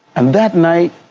and that night,